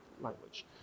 language